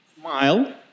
smile